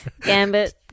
Gambit